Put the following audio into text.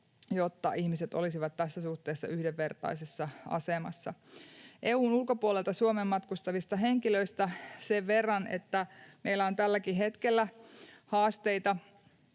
jotta ihmiset olisivat tässä suhteessa yhdenvertaisessa asemassa. EU:n ulkopuolelta Suomeen matkustavista henkilöistä sen verran, että meillä on tälläkin hetkellä haasteita